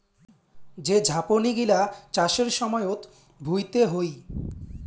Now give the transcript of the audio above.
যে ঝাপনি গিলা চাষের সময়ত ভুঁইতে হই